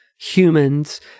humans